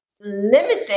limited